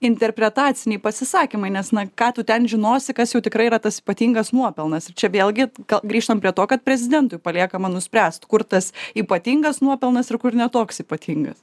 interpretaciniai pasisakymai nes na ką tu ten žinosi kas jau tikrai yra tas ypatingas nuopelnas čia vėlgi grįžtam prie to kad prezidentui paliekama nuspręst kur tas ypatingas nuopelnas ir kur ne toks ypatingas